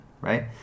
right